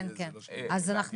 זה טכני לחלוטין.